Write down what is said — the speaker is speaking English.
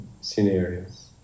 scenarios